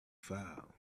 file